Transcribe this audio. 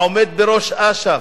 העומד בראש אש"ף,